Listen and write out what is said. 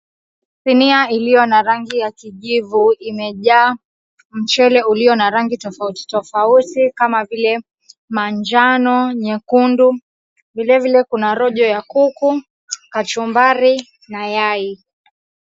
Sinia iliyo na rangi ya kijivu imejaa mchele ulio na rangi tofauti tofauti kama vile manjano, nyekundu. Vilevile kuna rojo ya kuku, kachumbari na yai.